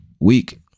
week